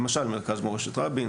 למשל מרכז מורשת רבין,